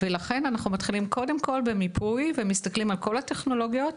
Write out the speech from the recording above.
לכן אנחנו מתחילים קודם כל במיפוי ומסתכלים על כל הטכנולוגיות,